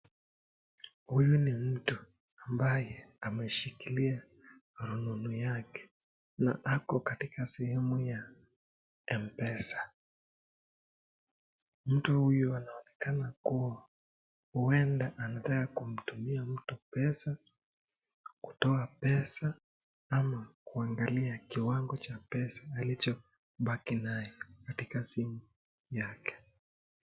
Huyu ni mtu ambaye ameshikilia rununu yake na Ako katika sehemu ya mpesa. Mtu huyu anaonekana kuwa huwenda anataka kutumia mtu pesa ama kutoa pesa ama kuangalia kiwango cha pesa alicho Baki nayo katika simu yake.